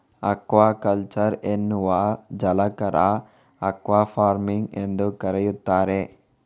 aquaculture ಅನ್ನು ಜಲಚರ aquafarming ಎಂದೂ ಕರೆಯುತ್ತಾರೆ